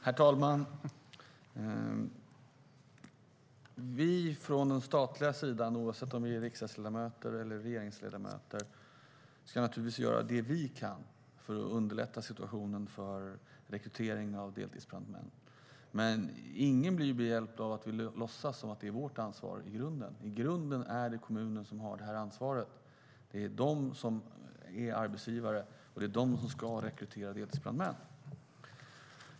Herr talman! Vi från den statliga sidan, oavsett om vi är riksdagsledamöter eller regeringsmedlemmar, ska naturligtvis göra det vi kan för att underlätta rekryteringen av deltidsbrandmän. Men ingen är behjälpt av att vi låtsas att det i grunden är vårt ansvar. I grunden är det kommunerna som har det ansvaret. Det är kommunerna som är arbetsgivare och det är de som ska rekrytera deltidsbrandmän.